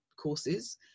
courses